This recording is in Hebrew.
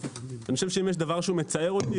אני חושב שאם יש דבר שהוא מצער אותי,